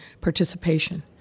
participation